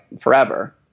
forever